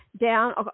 down